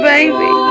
Baby